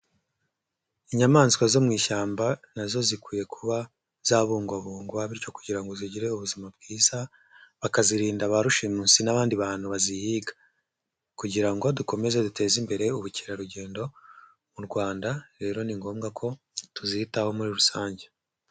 Inyamaswa zo mu ishyamba nazo zikwiye kuba zabungwabungwa bityo kugira ngo zigire ubuzima bwiza, bakazirinda ba rushimusi n'abandi bantu bazihiga kugira ngo dukomeze duteze imbere ubukerarugendo mu Rwanda, rero ni ngombwa ko tuzitaho muri rusange.